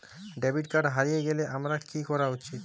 Debit card হারিয়ে গেলে আমার কি করা উচিৎ?